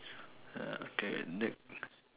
uh okay ne~